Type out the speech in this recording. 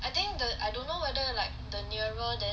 I think the I don't know whether like the nearer then